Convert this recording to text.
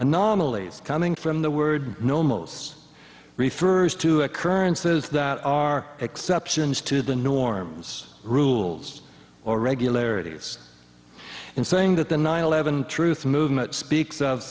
anomalies coming from the word normals refers to occurrences that are exceptions to the norms rules or regularities in saying that the nine eleven truth movement speaks of